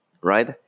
right